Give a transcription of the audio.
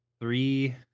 three